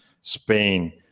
Spain